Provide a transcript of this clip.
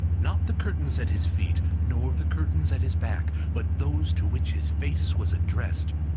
not the curtains at his feet, nor the curtains at his back, but those to which his face was addressed.